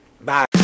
Bye